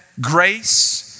grace